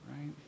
right